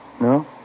No